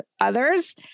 others